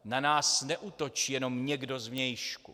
Na nás neútočí jenom někdo zvnějšku.